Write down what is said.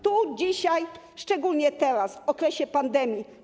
Tu, dzisiaj, szczególnie teraz, w okresie pandemii.